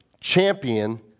champion